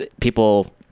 people